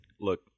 Look